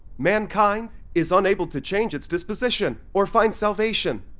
mankind is unable to change its disposition or find salvation.